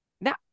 Now